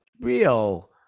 real